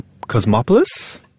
Cosmopolis